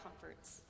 comforts